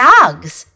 Dogs